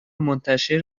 منتشر